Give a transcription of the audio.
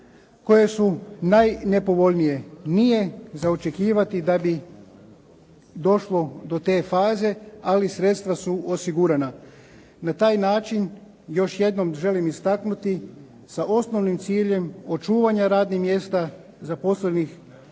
koje su najnepovoljnije. Nije za očekivati da bi došlo do te faze ali sredstva su osigurana. Na taj način još jednom želim istaknuti sa osnovnim ciljem očuvanja radnih mjesta zaposlenih